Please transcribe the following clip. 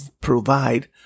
provide